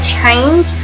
change